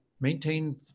maintain